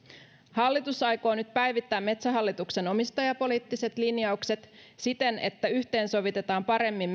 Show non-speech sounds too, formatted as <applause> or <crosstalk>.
hallitus aikoo nyt päivittää metsähallituksen omistajapoliittiset linjaukset siten että yhteensovitetaan paremmin <unintelligible>